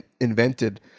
invented